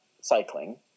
cycling